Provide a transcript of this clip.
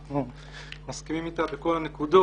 אנחנו מסכימים אתה בכל הנקודות.